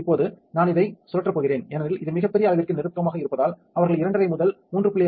இப்போது நான் இதை சுழற்றப் போகிறேன் ஏனெனில் இது மிகப் பெரிய அளவிற்கு நெருக்கமாக இருப்பதால் அவர்கள் இரண்டரை முதல் 3